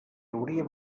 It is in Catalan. hauria